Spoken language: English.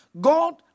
God